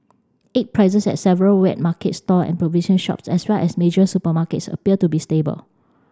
egg prices at several wet market stall and provision shops as well as major supermarkets appear to be stable